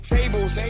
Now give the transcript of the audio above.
Tables